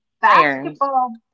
basketball